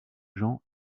jean